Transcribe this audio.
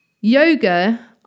Yoga